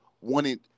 wanted